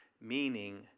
meaning